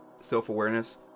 self-awareness